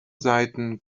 seiten